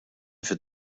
fid